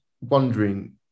wondering